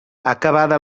acabada